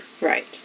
Right